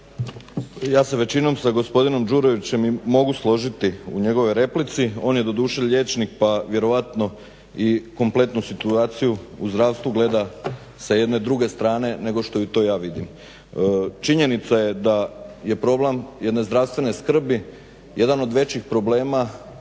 Ja se većinom sa gospodinom Đurevićem i mogu složiti u njegovoj replici, on je doduše liječnik pa vjerojatno i kompletnu situaciju u zdravstvu gleda sa jedne druge strane nego što ju to ja vidim. Činjenica je da je problem jedne zdravstvene skrbi jedan od većih problema